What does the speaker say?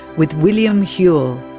with william whewell.